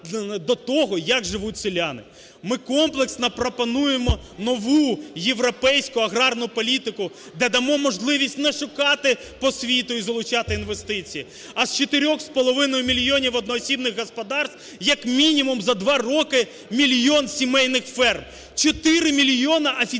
Ми комплексно пропонуємо нову європейську аграрну політику, де дамо можливість не шукати по світу і залучати інвестиції, а з чотирьох з половиною мільйонів одноосібних господарств як мінімум за два роки – мільйон сімейних ферм! Чотири мільйони офіційно